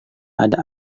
ada